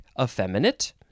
effeminate